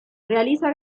realiza